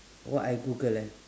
what I google ah